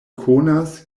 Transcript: konas